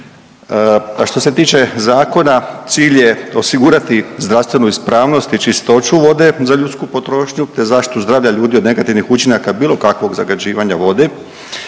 A što se tiče zakona cilj je osigurati zdravstvenu ispravnost i čistoću vode za ljudsku potrošnju te zaštitu zdravlja ljudi od negativnih učinaka bilo kakvog zagađivanja vode